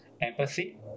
empathy